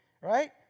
right